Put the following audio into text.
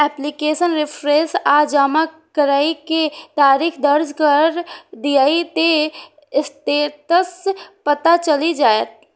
application reference आ जमा करै के तारीख दर्ज कैर दियौ, ते स्टेटस पता चलि जाएत